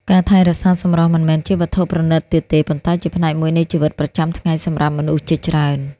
ការថែរក្សាសម្រស់មិនមែនជាវត្ថុប្រណីតទៀតទេ ប៉ុន្តែជាផ្នែកមួយនៃជីវិតប្រចាំថ្ងៃសម្រាប់មនុស្សជាច្រើន។